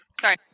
Sorry